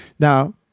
Now